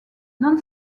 non